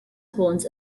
horns